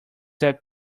that